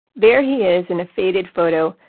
there he is in a faded photo,